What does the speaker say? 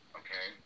okay